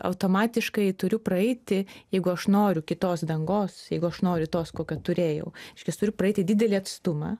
automatiškai turiu praeiti jeigu aš noriu kitos dangos jeigu aš noriu tos kokią turėjau reiškias turiu praeiti didelį atstumą